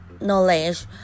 knowledge